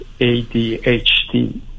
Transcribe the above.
ADHD